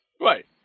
right